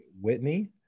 Whitney